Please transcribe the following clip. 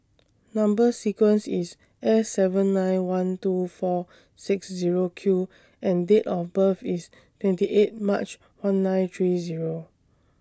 Number sequence IS S seven nine one two four six Zero Q and Date of birth IS twenty eight March one nine three Zero